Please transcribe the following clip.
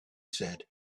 said